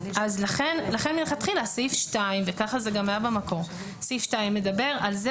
לכן מלכתחילה סעיף 2 וכך זה גם היה במקור - מדבר על זה